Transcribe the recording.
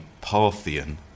Parthian